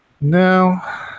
No